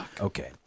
Okay